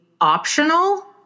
optional